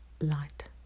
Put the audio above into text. light